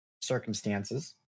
circumstances